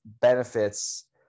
benefits